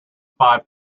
five